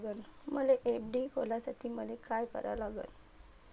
मले एफ.डी खोलासाठी मले का करा लागन?